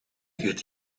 het